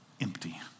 empty